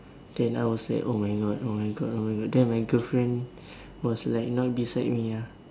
then I was saying oh my God oh my God oh my God then my girlfriend was like not beside me ah